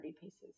pieces